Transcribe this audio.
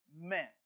meant